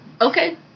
Okay